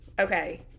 okay